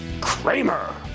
Kramer